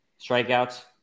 strikeouts